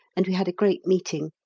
and we had a great meeting.